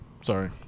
Sorry